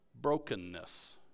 brokenness